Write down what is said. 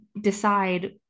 decide